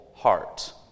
heart